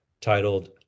titled